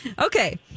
Okay